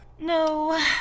no